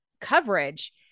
coverage